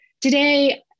Today